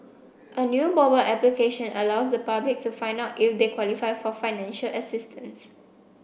a new mobile application allows the public to find out if they qualify for financial assistance